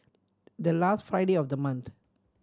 the last Friday of the month